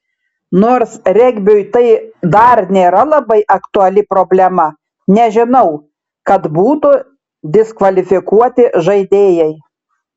nors regbiui tai dar nėra labai aktuali problema nežinau kad būtų diskvalifikuoti žaidėjai